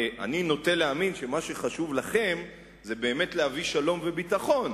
אני נוטה להאמין שמה שחשוב לכם זה באמת להביא שלום וביטחון,